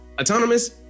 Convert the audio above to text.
autonomous